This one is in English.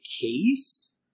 case